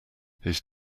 his